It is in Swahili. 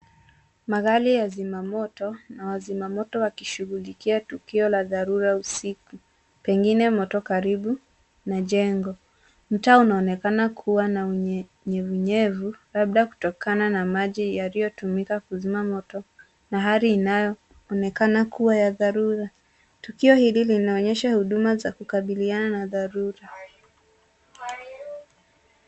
Magari ya wazimamoto na wazimamoto wakishughulikia tukio la dharura usiku pengine moto karibu na jengo. Mtaa unaonekana kuwa na unyevunyevu labda kutokana na maji yaliyotumika kuzima moto na hali inayoonekana kuwa ya dharura. Tukio hili linaonyesha huduma za kukabiliana na dharura.